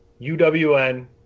UWN